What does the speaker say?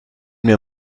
mir